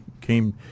Came